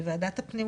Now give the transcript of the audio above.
בוועדת הפנים,